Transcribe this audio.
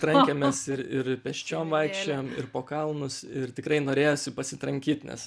trankėmės ir ir pėsčiom vaikščiojom ir po kalnus ir tikrai norėjosi pasitrankyt nes